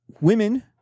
women